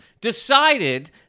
decided